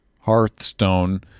hearthstone